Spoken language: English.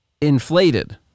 inflated